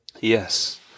Yes